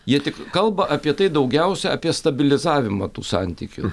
jie tik kalba apie tai daugiausia apie stabilizavimą tų santykių